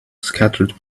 scattered